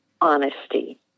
honesty